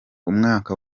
umwaka